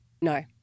No